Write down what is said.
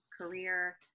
career